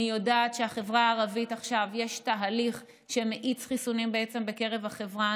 אני יודעת שבחברה הערבית עכשיו יש תהליך שמאיץ חיסונים בקרב החברה.